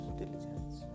diligence